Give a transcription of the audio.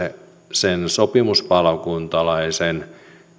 sen sopimuspalokuntalaisen